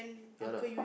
ya lah